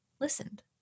listened